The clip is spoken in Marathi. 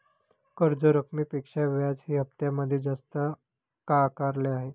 कर्ज रकमेपेक्षा व्याज हे हप्त्यामध्ये जास्त का आकारले आहे?